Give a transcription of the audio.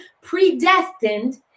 predestined